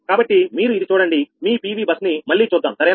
కాబట్టి మీరు ఇది చూడండి మీ PV బస్ ని మళ్లీ చూద్దాం సరేనా